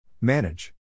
Manage